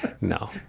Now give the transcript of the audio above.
no